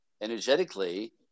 energetically